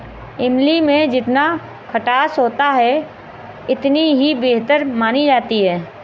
इमली में जितना खटास होता है इतनी ही बेहतर मानी जाती है